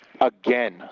again